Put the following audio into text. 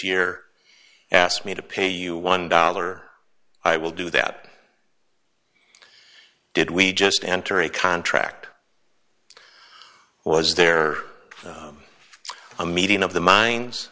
year ask me to pay you one dollar i will do that did we just enter a contract was there a meeting of the min